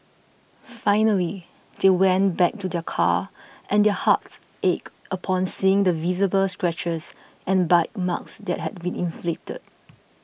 finally they went back to their car and their hearts ached upon seeing the visible scratches and bite marks that had been inflicted